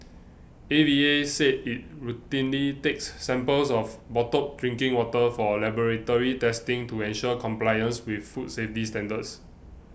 A V A said it routinely takes samples of bottled drinking water for laboratory testing to ensure compliance with food safety standards